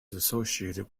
associated